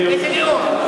איזה לאום?